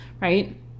right